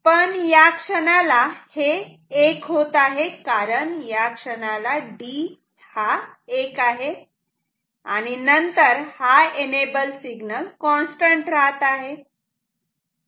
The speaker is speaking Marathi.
पण या क्षणाला हे 1 होत आहे कारण या क्षणाला D 1 आहे आणि नंतर हा एनेबल सिग्नल कॉन्स्टंट राहत आहे